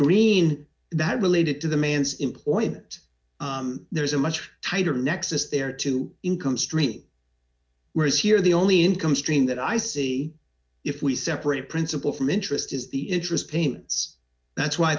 greene that related to the manse employment there is a much tighter nexus there to income stream whereas here the only income stream that i see if we separate principal from interest is the interest payments that's why i